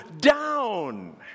down